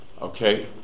Okay